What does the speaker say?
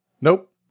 Nope